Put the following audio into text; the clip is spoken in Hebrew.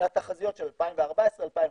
מהתחזיות של 2014 ו-2015.